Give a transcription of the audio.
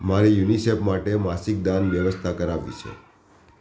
મારે યુનિસેફ માટે માસિક દાન વ્યવસ્થા કરાવવી છે